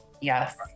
Yes